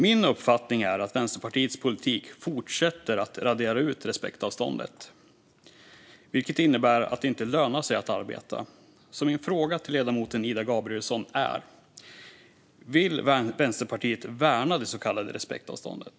Min uppfattning är att Vänsterpartiets politik fortsätter att radera ut respektavståndet, vilket innebär att det inte lönar sig att arbeta. Min fråga till ledamoten Ida Gabrielsson är därför: Vill Vänsterpartiet värna det så kallade respektavståndet?